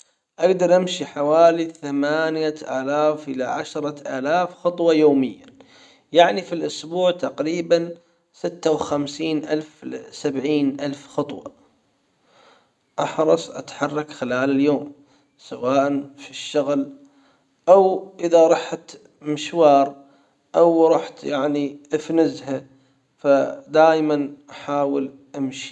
أجدر امشي حوالي ثمانية الاف الى عشرة الاف خطوة يوميًا يعني في الاسبوع تقريبًا ستة وخمسين الف لسبعين الف خطوة. احرص اتحرك خلال اليوم سواء في الشغل ا و اذا رحت مشوار او رحت يعني في نزه فدايما احاول أمشي.